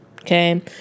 Okay